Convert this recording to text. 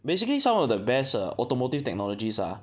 basically some of the best err automotive technologies ah